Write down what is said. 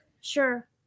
Sure